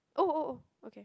oh oh oh okay